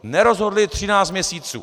Nerozhodli třináct měsíců.